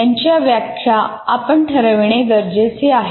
यांच्या व्याख्या आपण ठरविणे गरजेचे आहे